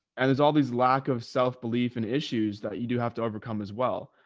and there's all these lack of self-belief and issues that you do have to overcome as well.